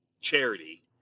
charity